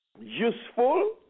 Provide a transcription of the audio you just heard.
useful